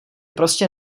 prostě